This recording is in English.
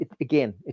again